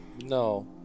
No